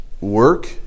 work